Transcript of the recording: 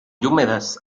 húmedas